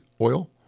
oil